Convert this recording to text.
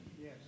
Yes